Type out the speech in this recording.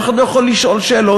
אף אחד לא יכול לשאול שאלות,